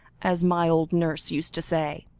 as my old nurse used to say.